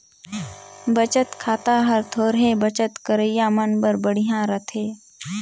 बचत खाता हर थोरहें बचत करइया मन बर बड़िहा रथे